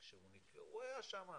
הוא היה שם,